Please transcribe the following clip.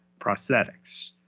prosthetics